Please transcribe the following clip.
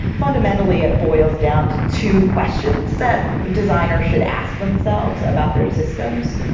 fundamentally it boils down to two questions that designers should ask themselves about their systems.